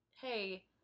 hey